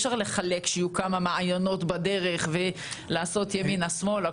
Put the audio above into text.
אפשר לחלק שיהיו כמה מעיינות בדרך ולעשות ימינה-שמאלה.